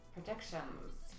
Predictions